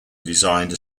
designed